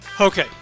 Okay